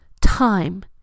time